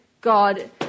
God